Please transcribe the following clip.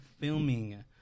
filming